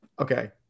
Okay